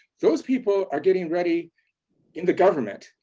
those people are getting ready in the government.